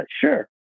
sure